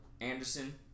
Anderson